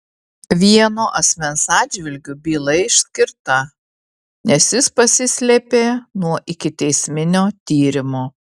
vieno asmens atžvilgiu byla išskirta nes jis pasislėpė nuo ikiteisminio tyrimo